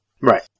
right